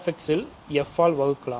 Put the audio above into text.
Q x இல் f ஆல் வகுக்கலாம்